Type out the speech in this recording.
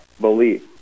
belief